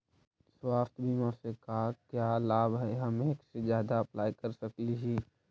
स्वास्थ्य बीमा से का क्या लाभ है हम एक से जादा अप्लाई कर सकली ही?